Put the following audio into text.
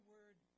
word